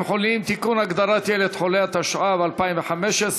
התשע"ו 2016,